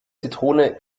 zitrone